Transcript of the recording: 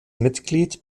mitglied